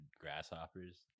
grasshoppers